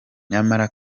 nyamara